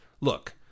look